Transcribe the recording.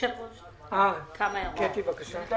קטי, בבקשה.